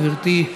גברתי,